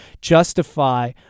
justify